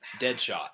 Deadshot